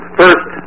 first